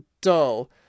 dull